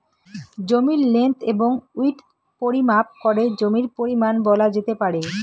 জমির লেন্থ এবং উইড্থ পরিমাপ করে জমির পরিমান বলা যেতে পারে